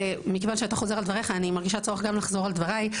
מכיוון שאתה חוזר על דבריך אני מרגישה צורך גם לחזור על דבריי.